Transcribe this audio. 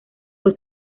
fue